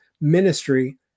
ministry